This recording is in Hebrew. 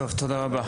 טוב, תודה רבה.